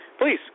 Please